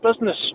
business